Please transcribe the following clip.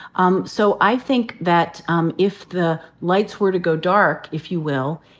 um so i think that um if the lights were to go dark, if you will,